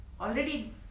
already